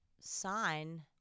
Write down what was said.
sign